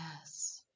Yes